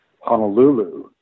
Honolulu